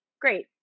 Great